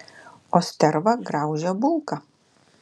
o sterva graužia bulką